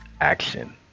action